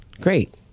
Great